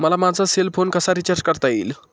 मला माझा cell phone कसा रिचार्ज करता येईल?